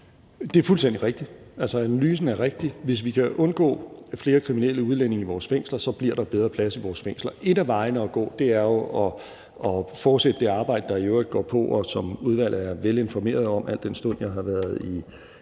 Det er fuldstændig rigtigt. Altså, analysen er rigtig. Hvis vi kan undgå flere kriminelle udlændinge i vores fængsler, så bliver der bedre plads i vores fængsler. En af vejene at gå er jo at fortsætte det arbejde, der i øvrigt pågår, og som udvalget er vel informeret om, al den stund jeg har været i